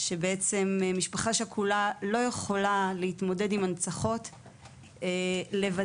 שבעצם משפחה שכולה לא יכולה להתמודד עם הנצחות לבדה.